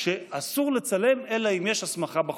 שאסור לצלם אלא אם יש הסמכה בחוק.